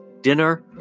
dinner